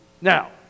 now